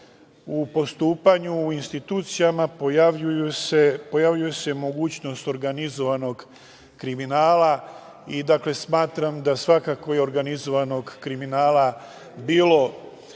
u postupanju u institucijama pojavljuje se mogućnost organizovanog kriminala i smatram da svakako je organizovanog kriminala bilo